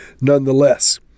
nonetheless